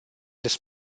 this